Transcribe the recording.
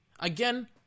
Again